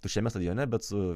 tuščiame stadione bet su